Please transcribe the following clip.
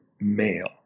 male